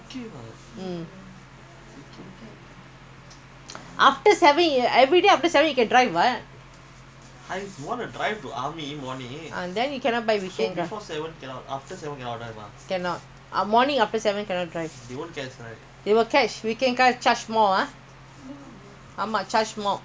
cannot ah morning after seven cannot drive they will catch weekend car charge more ah ah ma) charge more they know what weekend car you're driving in day time red colour plate how come you're driving they will stop your car ah you buy coupon a not you must prove them you buy is online